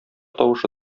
тавышы